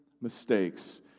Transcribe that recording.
mistakes